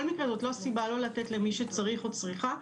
מקרה זאת לא סיבה לא לתת למי שצריך או צריכה.